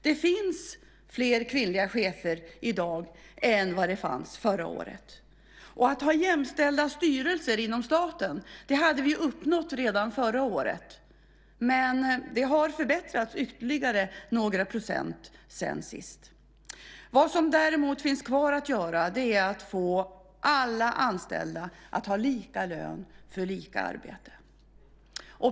Det finns fler kvinnliga chefer i dag än vad det fanns förra året. Att ha jämställda styrelser inom staten hade vi uppnått redan förra året, men det har förbättrats ytterligare några procent sedan sist. Vad som däremot finns kvar att göra är att alla anställda ska ha lika lön för lika arbete.